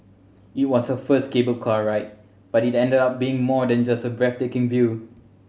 it was her first cable car ride but it ended up being more than just a breathtaking view